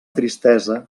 tristesa